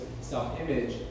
self-image